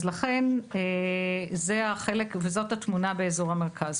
זאת התמונה באזור המרכז.